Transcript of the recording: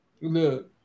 look